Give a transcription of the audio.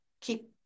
keep